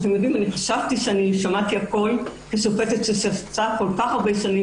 חשבתי ששמעתי הכול כשופטת ששפטה כל כך הרבה שנים